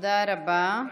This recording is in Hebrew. תודה רבה.